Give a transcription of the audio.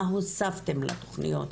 מה הוספתם לתכניו,